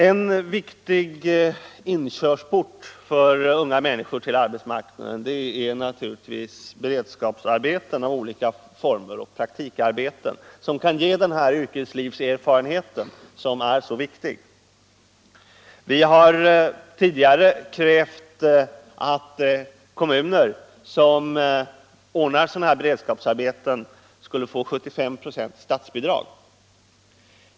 En viktig inkörsport för unga människor till arbetsmarknaden är naturligtvis beredskapsarbeten i olika former och praktikarbeten, som kan ge den yrkeslivserfarenhet som är så väsentlig. Vi har tidigare krävt att kommuner som ordnar sådana beredskapsarbeten skulle få 75 96 i statsbidrag.